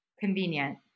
convenient